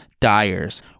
dyers